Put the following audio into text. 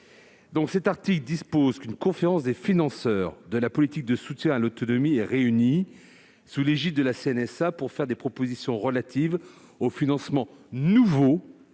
donc à réunir une conférence des financeurs de la politique de soutien à l'autonomie, sous l'égide de la CNSA, pour faire des propositions relatives aux financements nouveaux